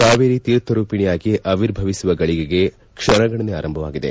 ಕಾವೇರಿ ತೀರ್ಥರೂಪಿಣಿಯಾಗಿ ಆವಿರ್ಭವಿಸುವ ಘಳಿಗೆಗೆ ಕ್ಷಣಗಣನೆ ಆರಂಭವಾಗಿದೆ